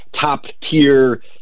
top-tier